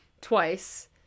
twice